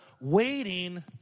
waiting